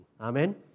Amen